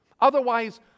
Otherwise